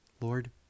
Lord